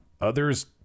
Others